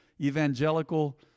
evangelical